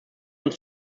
uns